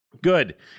Good